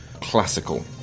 classical